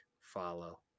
follow